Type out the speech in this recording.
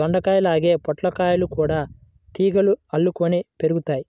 దొండకాయల్లాగే పొట్లకాయలు గూడా తీగలకు అల్లుకొని పెరుగుతయ్